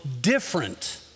different